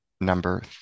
number